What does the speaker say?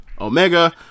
Omega